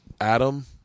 Adam